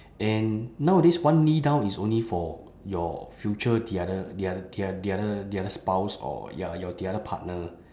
and nowadays one knee down is only for your future the other the oth~ the other the other spouse or ya your the other partner